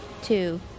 Two